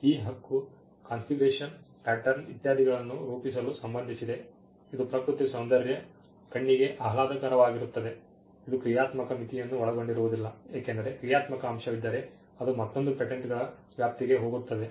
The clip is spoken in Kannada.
ಈ ಹಕ್ಕು ಕಾನ್ಫಿಗರೇಶನ್ ಪ್ಯಾಟರ್ನ್ ಇತ್ಯಾದಿಗಳನ್ನು ರೂಪಿಸಲು ಸಂಬಂಧಿಸಿದೆ ಇದು ಪ್ರಕೃತಿ ಸೌಂದರ್ಯ ಕಣ್ಣಿಗೆ ಆಹ್ಲಾದಕರವಾಗಿರುತ್ತದೆ ಇದು ಕ್ರಿಯಾತ್ಮಕ ಮಿತಿಯನ್ನು ಒಳಗೊಂಡಿರುವುದಿಲ್ಲ ಏಕೆಂದರೆ ಕ್ರಿಯಾತ್ಮಕ ಅಂಶವಿದ್ದರೆ ಅದು ಮತ್ತೊಂದು ಪೇಟೆಂಟ್ಗಳ ವ್ಯಾಪ್ತಿಗೆ ಹೋಗುತ್ತದೆ